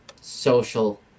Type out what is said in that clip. social